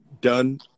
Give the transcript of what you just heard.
done